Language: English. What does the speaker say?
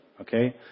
okay